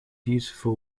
beautiful